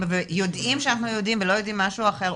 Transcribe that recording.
ויודעים שאנחנו יהודים ולא יודעים משהו אחר,